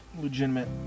legitimate